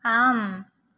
आम्